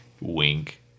Wink